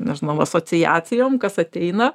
nežinau asociacijom kas ateina